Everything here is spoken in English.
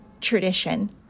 tradition